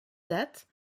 date